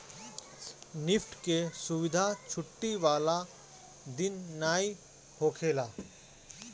NEFT के सुविधा छुट्टी वाला दिन नाइ होखेला